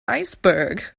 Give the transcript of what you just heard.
iceberg